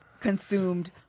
consumed